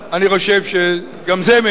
אני חושב שגם זה מעיד